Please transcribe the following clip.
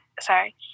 sorry